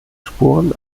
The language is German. spuren